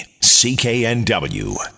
CKNW